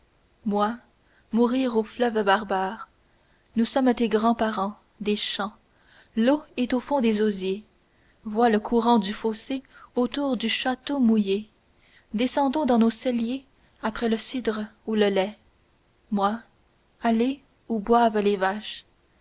moi mourir aux fleuves barbares nous sommes tes grands parents des champs l'eau est au fond des osiers vois le courant du fossé autour du château mouillé descendons dans nos celliers après le cidre ou le lait moi aller où boivent les vaches